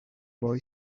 boy